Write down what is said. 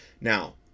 now